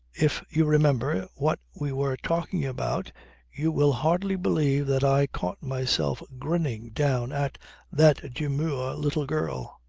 if you remember what we were talking about you will hardly believe that i caught myself grinning down at that demure little girl.